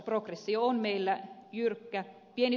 progressio on meillä jyrkkä